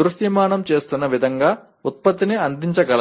దృశ్యమానం చేస్తున్న విధంగా ఉత్పత్తిని అందించగలను